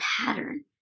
pattern